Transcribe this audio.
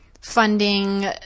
funding